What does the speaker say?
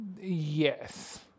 Yes